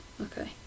Okay